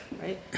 right